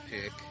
pick